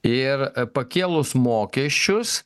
ir pakėlus mokesčius